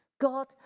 God